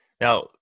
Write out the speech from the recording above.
Now